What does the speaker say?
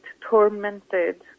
tormented